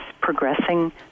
progressing